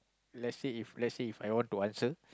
let's say if let's say If I want to answer